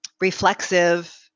reflexive